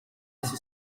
esse